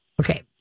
okay